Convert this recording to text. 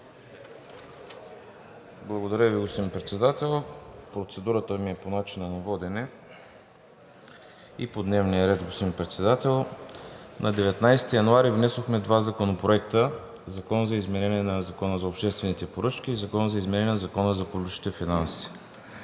Благодаря Ви, господин Председател. Процедурата ми е по начина на водене и по дневния ред, господин Председател. На 19 януари внесохме два законопроекта – Закона за изменение на Закона за обществените поръчки и Закона за изменение на Закона за публичните финанси.